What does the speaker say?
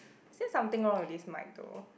is it something wrong with this mic though